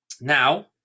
Now